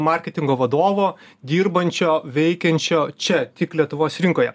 marketingo vadovo dirbančio veikiančio čia tik lietuvos rinkoje